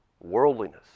worldliness